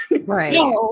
Right